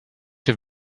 have